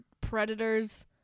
predators